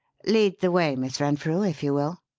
lead the way, miss renfrew, if you will.